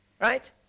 right